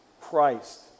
Christ